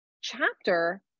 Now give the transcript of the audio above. chapter